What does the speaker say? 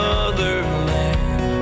Motherland